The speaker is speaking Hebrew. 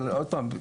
אבל עוד פעם,